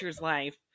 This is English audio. life